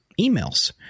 emails